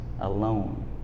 alone